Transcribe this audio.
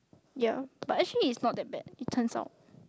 ya but actually it's not that bad it turns out